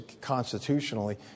constitutionally